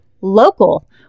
local